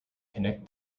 connect